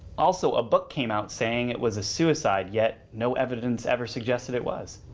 also a book came out saying it was a suicide yet no evidence ever suggested it was.